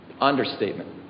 Understatement